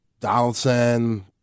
Donaldson